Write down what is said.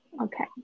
Okay